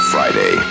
Friday